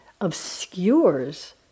obscures